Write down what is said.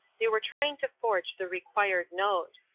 they were trying to forge the required note.